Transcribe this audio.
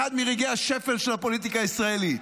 "אחד מרגעי השפל של הפוליטיקה הישראלית".